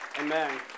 Amen